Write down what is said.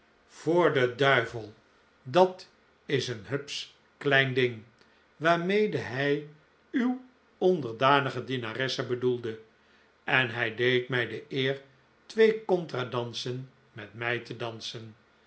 voor den duivel dat is een hupsch klein ding waarmee hij uw onderdanige dienaresse bedoelde en hij deed mij de eer twee contra dansen met mij te dansen